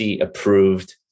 approved